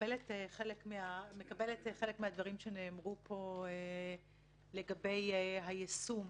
מקבלת חלק מהדברים שנאמרו פה לגבי היישום